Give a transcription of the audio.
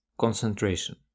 concentration